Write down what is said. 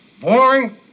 Boring